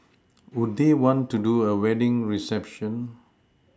would they want to do a wedding reception